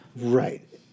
Right